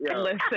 Listen